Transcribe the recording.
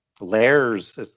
layers